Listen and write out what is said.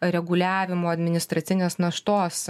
reguliavimo administracinės naštos